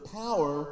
power